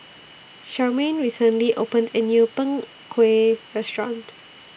Charmaine recently opened A New Png Kueh Restaurant